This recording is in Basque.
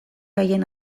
haien